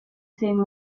same